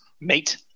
mate